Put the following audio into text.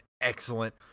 excellent